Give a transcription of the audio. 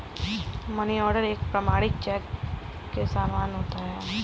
money order एक प्रमाणिक cheque के समान होता है